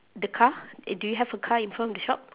the car uh do you have a car in front of the shop